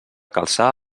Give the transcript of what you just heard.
calçar